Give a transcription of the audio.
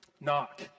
Knock